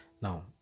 Now